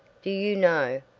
do you know,